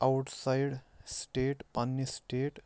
out side state پنٛنہِ state